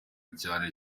cane